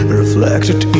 reflected